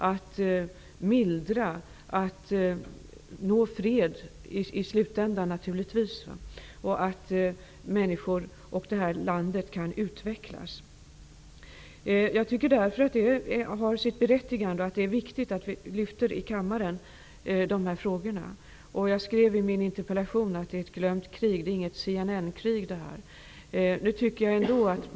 I slutänden gäller det naturligtvis att mildra och att nå fred. Både människorna och landet skall kunna utvecklas. Jag tycker därför att det har sitt berättigande, dvs. att det är viktigt, att vi här i kammaren lyfter fram de här frågorna. Jag skriver i min interpellation att det gäller ett glömt krig, inte ett CNN-krig.